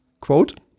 quote